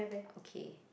okay